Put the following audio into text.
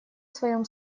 своем